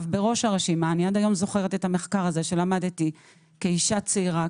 בראש הרשימה אני עד היום זוכרת את המחקר הזה שלמדתי כאישה צעירה,